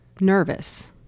nervous